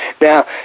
Now